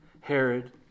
Herod